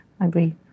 agree